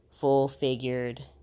full-figured